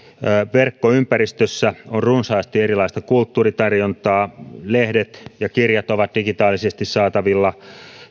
verkkoympäristössä on runsaasti erilaista kulttuuritarjontaa lehdet ja kirjat ovat digitaalisesti saatavilla